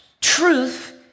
truth